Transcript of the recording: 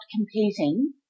competing